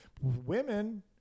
women